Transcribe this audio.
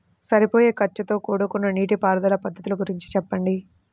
సరిపోయే ఖర్చుతో కూడుకున్న నీటిపారుదల పద్ధతుల గురించి చెప్పండి?